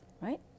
right